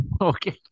Okay